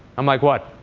i'm like what?